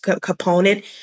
component